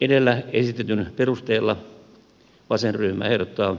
edellä esitetyn perusteella vasenryhmä ehdottaa